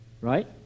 right